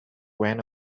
went